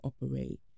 operate